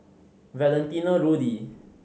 Valentino Rudy